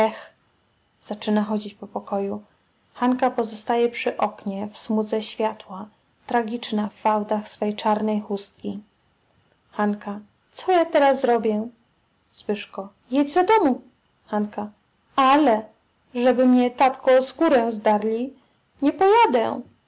zaczyna chodzić po pokoju hanka pozostaje przy oknie w smudze światła tragiczna w fałdach swej czarnej chustki co ja teraz zrobię jedź do domu ale żeby mnie tatko skórę zdarli nie pojadę